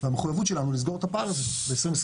והמחוייבות שלנו לסגור את הפער הזה ב-2021,